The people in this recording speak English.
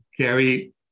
Gary